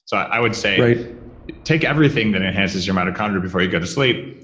so i would say take everything that enhances your mitochondria before you go to sleep.